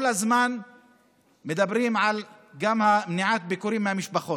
כל הזמן מדברים גם על מניעת ביקורי משפחות,